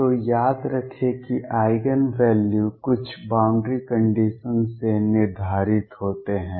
तो याद रखें कि आइगेन वैल्यू कुछ बाउंड्री कंडीशन से निर्धारित होते हैं